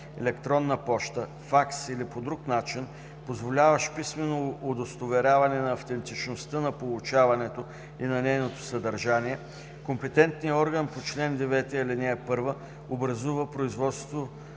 електронна поща, факс или по друг начин, позволяващ писмено удостоверяване на автентичността на получаването и на нейното съдържание, компетентният орган по чл. 9, ал. 1 образува производство